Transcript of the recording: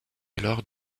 alors